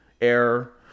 error